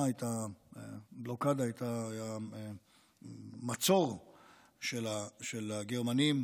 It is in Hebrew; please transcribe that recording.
הייתה בלוקדה, היה מצור של הגרמנים